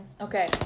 okay